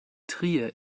trier